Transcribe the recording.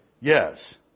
Yes